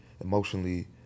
emotionally